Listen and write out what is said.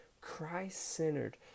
Christ-centered